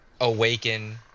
awaken